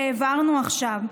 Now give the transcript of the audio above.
שהעברנו עכשיו,